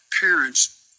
parents